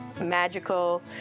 magical